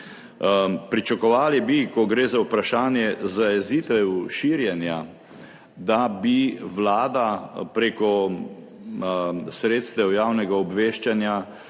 Pričakovali bi, ko gre za vprašanje zajezitev širjenja, da bi Vlada preko sredstev javnega obveščanja